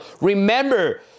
Remember